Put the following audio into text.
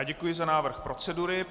Děkuji za návrh procedury.